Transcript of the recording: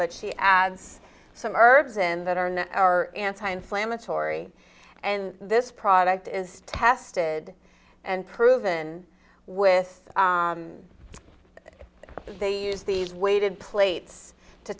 but she adds some herbs in that are are anti inflammatory and this product is tested and proven with they use these weighted plates to